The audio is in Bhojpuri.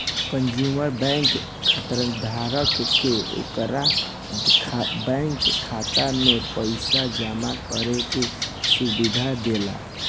कंज्यूमर बैंक खाताधारक के ओकरा बैंक खाता में पइसा जामा करे के सुविधा देला